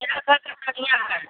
मेरा घर कचरिया है